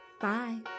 Bye